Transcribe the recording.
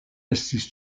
estis